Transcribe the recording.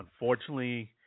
Unfortunately